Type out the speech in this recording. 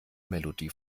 melodie